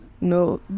no